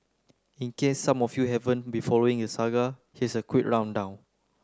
in case some of you haven't been following the saga here's a quick rundown